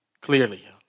clearly